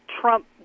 Trump